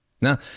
Now